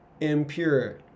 impure